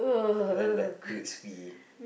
then like crispy